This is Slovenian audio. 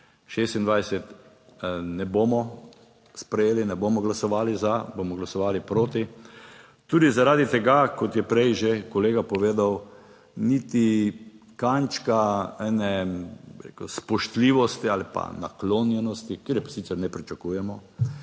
2026 ne bomo sprejeli, ne bomo glasovali za, bomo glasovali proti. Tudi zaradi tega, kot je prej že kolega povedal, niti kančka ene, bi rekel, spoštljivosti ali pa naklonjenosti, kar je sicer ne pričakujemo,